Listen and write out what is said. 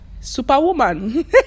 superwoman